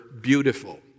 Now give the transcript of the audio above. beautiful